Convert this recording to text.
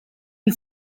and